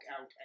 out